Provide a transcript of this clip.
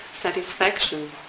satisfaction